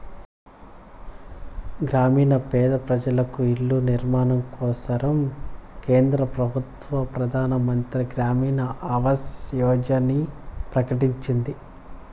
గ్రామీణ పేద పెజలకు ఇల్ల నిర్మాణం కోసరం కేంద్ర పెబుత్వ పెదానమంత్రి గ్రామీణ ఆవాస్ యోజనని ప్రకటించింది